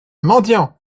mendiant